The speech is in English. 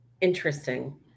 interesting